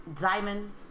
Diamond